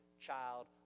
child